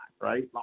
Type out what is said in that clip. right